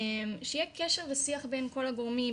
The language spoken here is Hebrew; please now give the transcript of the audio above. שיהיה קשר ושיח בין כל הגורמים,